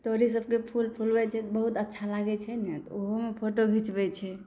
तोरी सबके फूल फूलाइ छै तऽ बहुत अच्छा लागै छै ने तऽ ओहोमे फोटो घीचबै छै